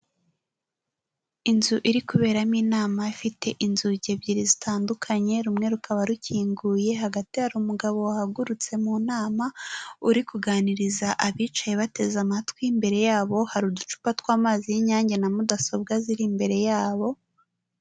Inzu iri kuberamo inama ifite inzugi ebyiri zitandukanye, rumwe rukaba rukinguye, hagati hari umugabo wahagurutse mu nama, uri kuganiriza abicaye bateze amatwi, imbere yabo hari uducupa tw'amazi y'Inyange na mudasobwa ziri imbere yabo.